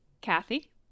Kathy